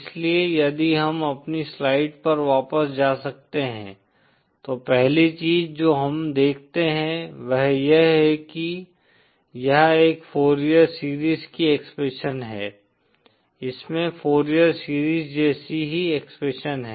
इसलिए यदि हम अपनी स्लाइड पर वापस जा सकते हैं तो पहली चीज जो हम देखते हैं वह यह है कि यह एक फॉरिएर सीरीज की एक्सप्रेशन है इसमें फॉरिएर सीरीज जैसी ही एक्सप्रेशन है